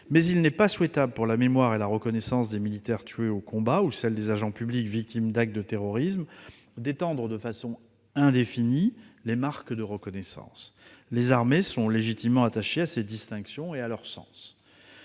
il n'est pas souhaitable, pour la mémoire et la reconnaissance des militaires tués au combat ou celle des agents publics victimes d'actes de terrorisme, d'étendre de façon indéfinie l'attribution des marques de reconnaissance. Les armées sont légitimement attachées à ces distinctions et à leur sens.